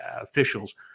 officials